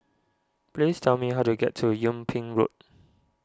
please tell me how to get to Yung Ping Road